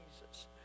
Jesus